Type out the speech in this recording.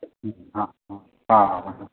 മ്മ് ആ അ ആ ആ ആ